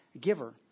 giver